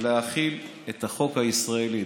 להחיל את החוק הישראלי.